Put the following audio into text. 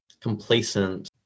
complacent